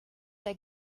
der